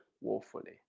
woefully